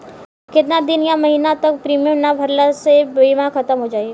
केतना दिन या महीना तक प्रीमियम ना भरला से बीमा ख़तम हो जायी?